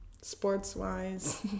sports-wise